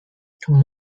come